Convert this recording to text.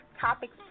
topics